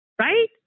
right